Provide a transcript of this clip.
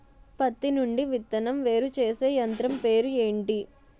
పత్తి నుండి విత్తనం వేరుచేసే యంత్రం పేరు ఏంటి